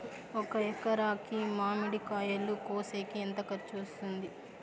ఒక ఎకరాకి మామిడి కాయలు కోసేకి ఎంత ఖర్చు వస్తుంది?